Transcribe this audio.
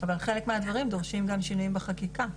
אבל חלק מהדברים דורשים גם שינויים בחקיקה.